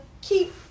keep